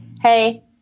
hey